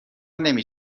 نمی